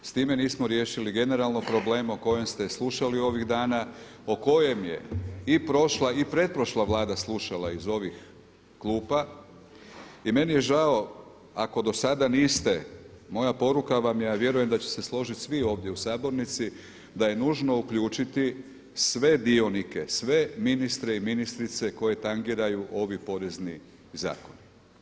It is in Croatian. S time nismo riješili generalno problem o kojem ste slušali ovih dana, o kojem je i prošla i pretprošla Vlada slušala iz ovih klupa i meni je žao ako do sada niste – moja poruka vam je, a vjerujem da će se složiti svi ovdje u Sabornici da je nužno uključiti sve dionike, sve ministre i ministrice koje tangiraju ovi porezni zakoni.